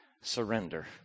surrender